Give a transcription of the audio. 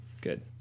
Good